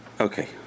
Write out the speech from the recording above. Okay